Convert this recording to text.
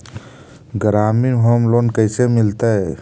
ग्रामीण home loan कैसे मिलतै?